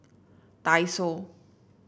Daiso